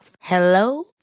Hello